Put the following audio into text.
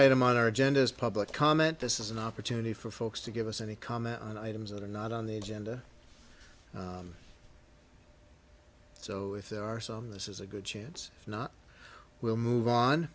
item on our agenda is public comment this is an opportunity for folks to give us any comment on items that are not on the agenda so if there are some this is a good chance if not we'll move on